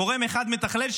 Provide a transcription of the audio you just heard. גורם מתכלל אחד,